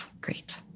great